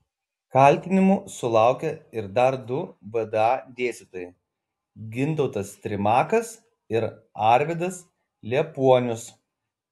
kaltinimų sulaukė ir dar du vda dėstytojai gintautas trimakas ir arvydas liepuonius